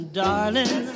darling